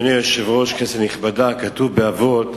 אדוני היושב-ראש, כנסת נכבדה, כתוב באבות: